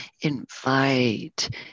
invite